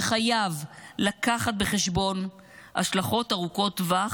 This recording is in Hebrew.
וחייב לקחת בחשבון השלכות ארוכות טווח